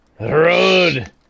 Road